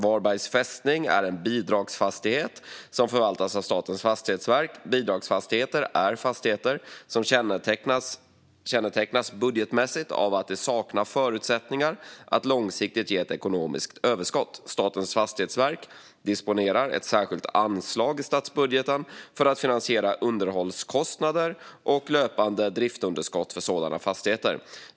Varbergs fästning är en bidragsfastighet som förvaltas av Statens fastighetsverk. Bidragsfastigheter är fastigheter som kännetecknas budgetmässigt av att de saknar förutsättningar för att långsiktigt ge ett ekonomiskt överskott. Statens fastighetsverk disponerar ett särskilt anslag i statsbudgeten för att finansiera underhållskostnader och löpande driftsunderskott för sådana fastigheter.